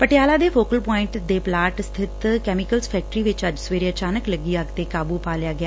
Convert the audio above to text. ਪਟਿਆਲਾ ਦੇ focal point ਚ ਇਕ ਕੈਮੀਕਲਜ ਫੈਕਟਰੀ ਚ ਅੱਜ ਸਵੇਰੇ ਅਚਾਨਕ ਲੱਗੀ ਅੱਗ ਤੇ ਕਾਬੁ ਪਾ ਲਿਆ ਗਿਆ